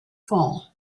fall